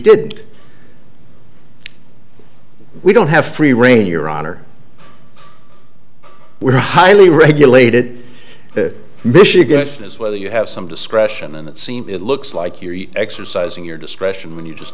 did we don't have free reign your honor we're highly regulated michigan is well you have some discretion and it seems it looks like you're exercising your discretion when you just